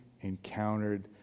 encountered